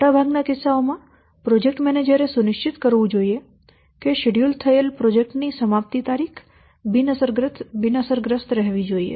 મોટાભાગના કિસ્સાઓમાં project manager સુનિશ્ચિત કરવું જોઈએ કે શેડ્યૂલ થયેલ પ્રોજેક્ટની સમાપ્તિ તારીખ બિન અસરગ્રસ્ત રહેવી જોઈએ